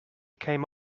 came